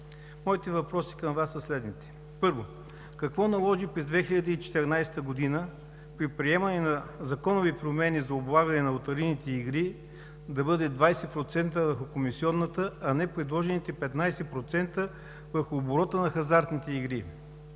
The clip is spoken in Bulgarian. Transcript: моите въпроси към Вас са следните. Първо, какво наложи през 2014 г. при приемане на законови промени за облагане на лотарийните игри да бъде 20% върху комисионата, а не предложените 15% върху оборота на хазартните игри?